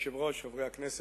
אדוני היושב-ראש, חברי הכנסת,